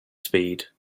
speed